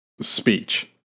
speech